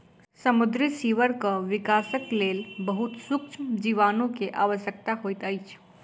समुद्री सीवरक विकासक लेल बहुत सुक्ष्म जीवाणु के आवश्यकता होइत अछि